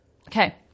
Okay